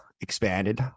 expanded